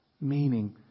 Meaning